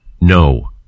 No